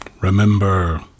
remember